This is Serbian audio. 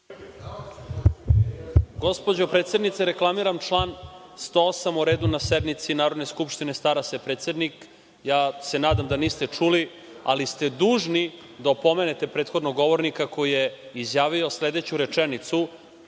Gospođo predsednice, reklamiram član 108. – o redu na sednici Narodne skupštine stara se predsednik. Ja se nadam da niste čuli, ali ste dužni da opomenete prethodnog govornika koji je izjavio sledeću rečenicu,